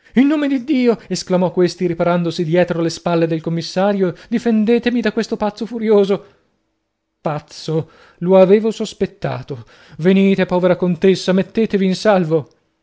in nome di dio esclamò questi riparandosi dietro le spalle del commissario difendetemi da questo pazzo furioso pazzo lo aveva sospettato venite povera contessa mettetevi in salvo